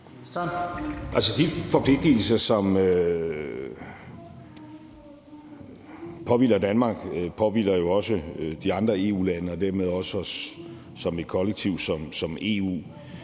De forpligtelser, som påhviler Danmark, påhviler jo også de andre EU-lande og dermed også som et kollektiv EU.